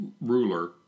ruler